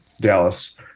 Dallas